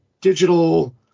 digital